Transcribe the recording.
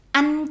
anh